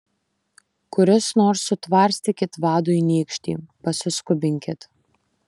kuris nors sutvarstykit vadui nykštį pasiskubinkit